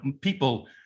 people